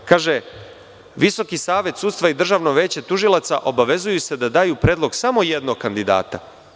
Kaže – Visoki savet sudstva i Državno veće tužilaca obavezuju se da daju predlog samo jednog kandidata.